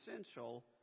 essential